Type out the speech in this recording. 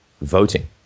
voting